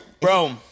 bro